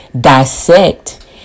dissect